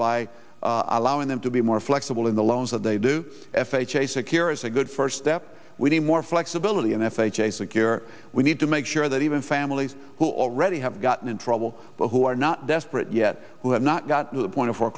by allowing them to be more flexible in the loans that they do f h a secure is a good first step we need more flexibility in f h a secure we need to make sure that even families who already have gotten in trouble but who are not desperate yet who have not gotten to the point of